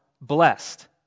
blessed